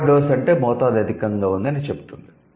'over dose' అంటే మోతాదు అధికoగా ఉంది అని చెప్తుంది